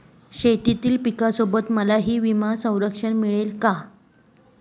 शेतीतील पिकासोबत मलाही विमा संरक्षण मिळेल का?